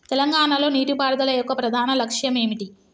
తెలంగాణ లో నీటిపారుదల యొక్క ప్రధాన లక్ష్యం ఏమిటి?